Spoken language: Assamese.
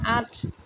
আঠ